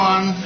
One